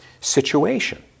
situation